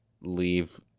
leave